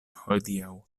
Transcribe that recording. hodiaŭ